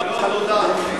לא תודה, אדוני.